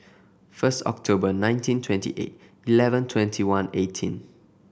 first October nineteen twenty eight eleven twenty one eighteen